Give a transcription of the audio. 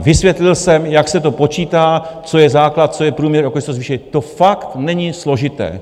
Vysvětlil jsem, jak se to počítá, co je základ, co je průměr, o kolik se to zvyšuje, to fakt není složité.